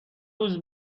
روز